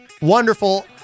Wonderful